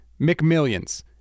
McMillions